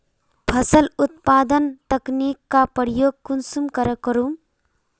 फसल उत्पादन तकनीक का प्रयोग कुंसम करे करूम?